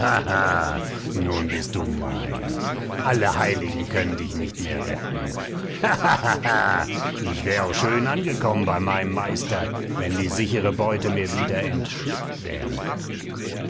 nun bist du mein alle heiligen können dich nicht mehr retten hahahaha ich wär auch schön angekommen bei meinem meister wenn die sichere beute mir wieder entschlüpft wäre